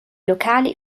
locali